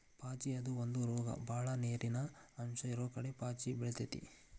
ಪಾಚಿ ಅದು ಒಂದ ರೋಗ ಬಾಳ ನೇರಿನ ಅಂಶ ಇರುಕಡೆ ಪಾಚಿ ಬೆಳಿತೆತಿ